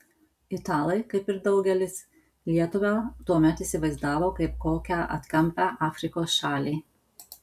italai kaip ir daugelis lietuvą tuomet įsivaizdavo kaip kokią atkampią afrikos šalį